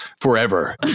forever